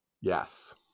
Yes